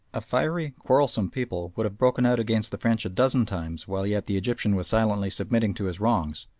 a fiery, quarrelsome people would have broken out against the french a dozen times while yet the egyptian was silently submitting to his wrongs,